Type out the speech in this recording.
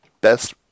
best